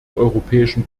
europäischen